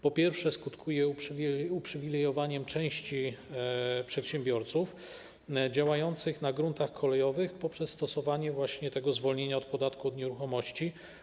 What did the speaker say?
Po pierwsze, skutkuje uprzywilejowaniem części przedsiębiorców działających na gruntach kolejowych przez stosowanie zwolnienia od podatku od nieruchomości.